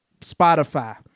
Spotify